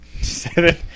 seven